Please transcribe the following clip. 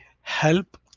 help